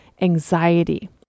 anxiety